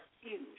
huge